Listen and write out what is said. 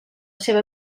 seva